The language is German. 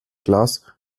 glas